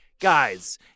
Guys